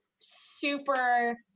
super